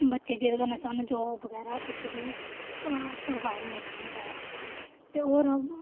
बच्चे जेह्दे कन्नै सानूं जाब बगैरा कुछ बी प्रोवाइड नेईं होंदा ऐ ते होर